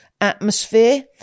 atmosphere